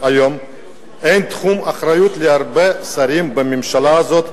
אין תחום אחריות להרבה שרים בממשלה הזאת,